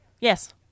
Yes